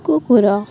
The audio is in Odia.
କୁକୁର